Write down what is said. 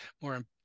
more